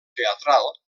teatral